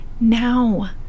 now